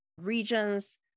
regions